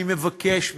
אני מבקש ממך,